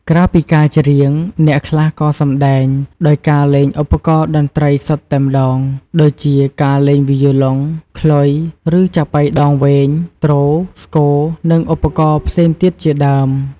ក្រៅពីការច្រៀង អ្នកខ្លះក៏សម្ដែងដោយការលេងឧបករណ៍តន្ត្រីសុទ្ធតែម្ដង ដូចជាការលេងវីយូឡុង ខ្លុយ ឬចាបុីដងវែង ទ្រ ស្គ និងឧបករណ៍ផ្សេងទៀតជាដើម។